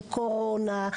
של קורונה,